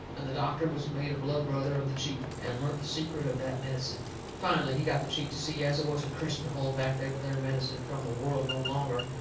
and the doctor was made a blood brother of the chief, and learnt the secret of that medicine. finally he got the chief to see as it wasn't christian to hold back that there medicine from the world no longer,